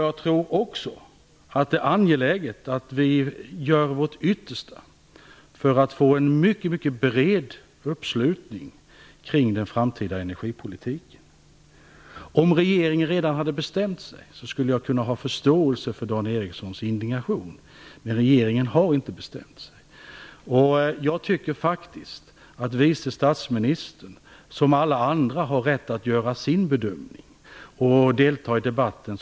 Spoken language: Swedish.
Jag tror också att det är angeläget att vi gör vårt yttersta för att få en mycket bred uppslutning kring den framtida energipolitiken. Om regeringen redan hade bestämt sig skulle jag kunna har förståelse för Dan Ericssons indignation. Men regeringen har inte bestämt sig. Jag tycker faktiskt att vice statsministern som alla andra har rätt att göra sin bedömning och delta i debatten.